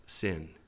sin